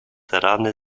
rany